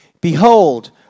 behold